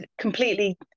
completely